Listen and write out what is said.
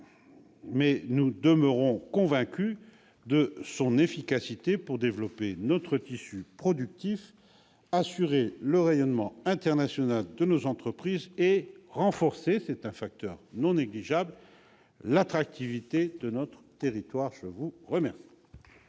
mais nous demeurons convaincus de son efficacité pour développer notre tissu productif, assurer le rayonnement international de nos entreprises et renforcer l'attractivité de notre territoire. Nous en